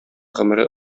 гомере